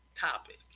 topic